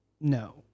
No